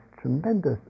tremendous